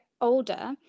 older